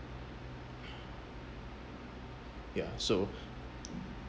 ya so